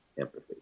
Empathy